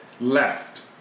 left